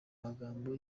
magambo